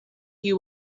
you